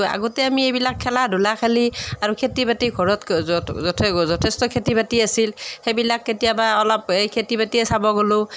আগতে আমি এইবিলাক খেলা ধূলা খেলি আৰু খেতি বাতি ঘৰত যথেষ্ট খেতি বাতি আছিল সেইবিলাক কেতিয়াবা অলপ এই খেতি বাতিয়েই চাব গ'লোঁ